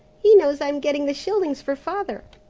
he knows i'm getting the shillings for father.